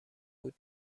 بود